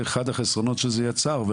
וזה אחד החסרונות שזה יצר,